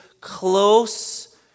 close